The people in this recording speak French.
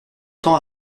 temps